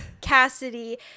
Cassidy